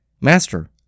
Master